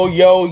yo